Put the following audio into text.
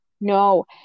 no